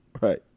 Right